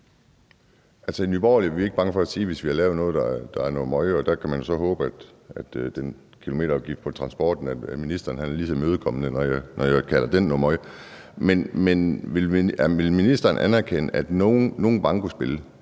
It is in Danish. I Nye Borgerlige er vi ikke bange for at sige det, hvis vi har lavet noget, der er noget møg – og der kan man jo så håbe, hvad angår kilometerafgiften på transport, at ministeren er lige så imødekommende, når jeg kalder den noget møg. Men vil ministeren anerkende, at nogle bankospil